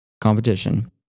competition